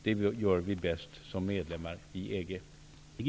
Det gör vi bäst som medlemmar i EG.